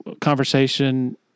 conversation